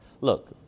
Look